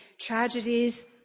tragedies